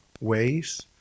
ways